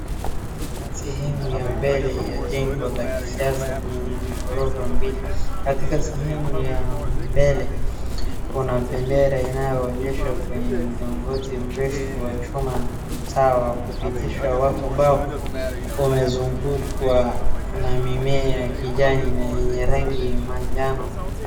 Sehemu ya mbele ya jengo la kisasa yenye ghorofa mbili, katika sehemu ya mbele kuna bendera inayoonyesha kwenye mlingoti mrefu wa chuma nao mtaa wa kupitisha watu ambao wamezungukwa na mimea ya kijani na yenye rangi ya manjano.